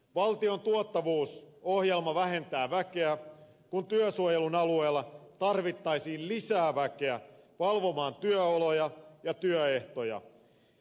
valtion tuottavuusohjelma vähentää väkeä kun työsuojelun alueella tarvittaisiin lisää väkeä valvomaan työoloja ja työehtoja